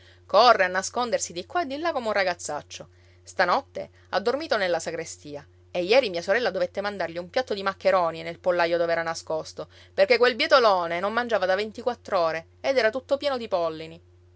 corre a nascondersi di qua e di là come un ragazzaccio stanotte ha dormito nella sagrestia e ieri mia sorella dovette mandargli un piatto di maccheroni nel pollaio dov'era nascosto perché quel bietolone non mangiava da ventiquattr'ore ed era tutto pieno di pollini